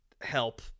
help